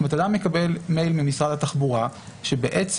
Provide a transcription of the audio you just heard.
אם אדם מקבל מייל ממשרד התחבורה שבעצם